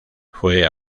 fue